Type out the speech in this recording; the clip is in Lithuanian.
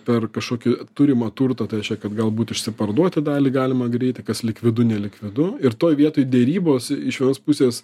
per kažkokį turimą turtą tai čia kad galbūt išsiparduoti dalį galima greitai kas likvidu nelikvidu ir toj vietoj derybos iš vienos pusės